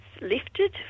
lifted